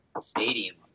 stadium